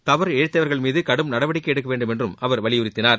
தவறு இழைத்தவர்கள் மீது கடும் நடவடிக்கை எடுக்க வேண்டும் என்றும் அவர் வலியுறத்தினார்